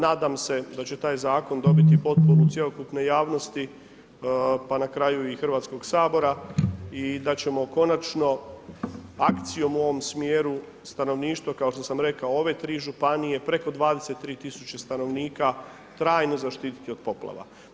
Nadam se da će taj zakon dobiti potporu cjelokupne javnosti pa na kraju i Hrvatskog sabora i da ćemo konačno akcijom u ovom smjeru, stanovništvo kao što sam rekao ove tri županije, preko 23 tisuće stanovnika trajno zaštiti od poplava.